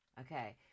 Okay